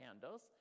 candles